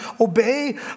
obey